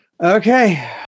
Okay